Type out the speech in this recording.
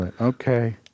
Okay